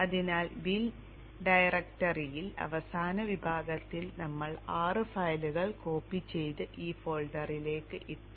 അതിനാൽ ബിൻ ഡയറക്ടറിയിൽ അവസാന വിഭാഗത്തിൽ നമ്മൾ 6 ഫയലുകൾ കോപ്പി ചെയ്തു ഈ ഫോൾഡറിലേക്ക് ഇട്ടു